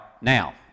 now